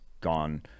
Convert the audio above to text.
gone